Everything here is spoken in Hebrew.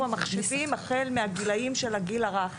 המחשבים החל מהגילאים של הגיל הרך.